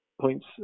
points